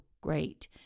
great